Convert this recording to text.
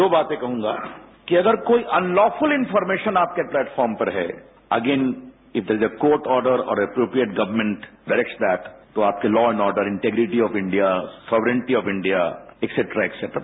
दो बातें कहूंगा कि अगर कोई अनलॉफुली इनफोरमेशन आपके प्लेटफॉर्म पर है again it is a court order or appropriate government directs that तो आपके law and order integrity of India sovereignty of India etcetera etcetera